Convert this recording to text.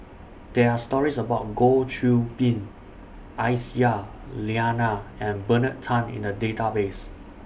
There Are stories about Goh Qiu Bin Aisyah Lyana and Bernard Tan in The Database